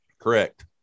Correct